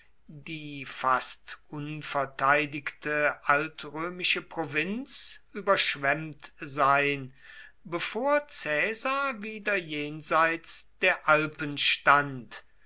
die fast unverteidigte altrömische provinz überschwemmt sein bevor caesar wieder jenseits der alpen stand